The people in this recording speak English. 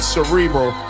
Cerebral